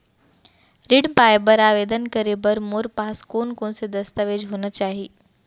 ऋण पाय बर आवेदन करे बर मोर पास कोन कोन से दस्तावेज होना चाही?